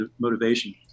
motivation